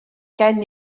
gen